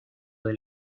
del